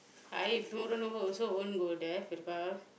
I tomorrow no work also won't go there